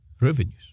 revenues